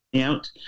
out